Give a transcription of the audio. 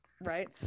Right